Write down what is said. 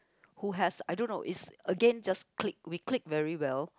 who has I don't know is again just clique we clique very well